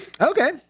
Okay